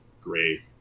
great